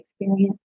experience